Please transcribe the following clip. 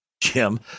Jim